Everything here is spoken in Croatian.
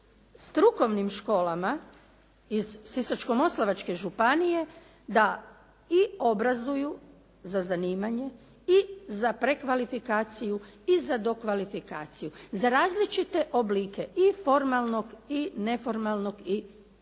strukovnim školama iz Sisačko-moslavačke županije da i obrazuju za zanimanje i za prekvalifikaciju i za dokvalifikaciju za različite oblike i formalnog i neformalnog i informalnog